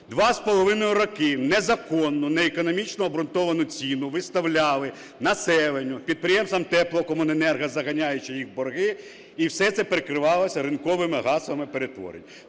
Два з половиною роки незаконно неекономічно обґрунтовану ціну виставляли населенню, підприємствам теплокомуненерго, заганяючи їх в борги, і все це прикривалося ринковими гаслами перетворень.